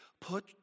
put